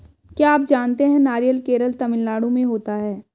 क्या आप जानते है नारियल केरल, तमिलनाडू में होता है?